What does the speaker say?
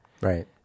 Right